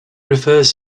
refers